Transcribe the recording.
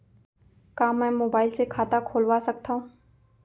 का मैं मोबाइल से खाता खोलवा सकथव?